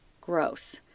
Gross